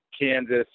Kansas